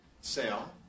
sale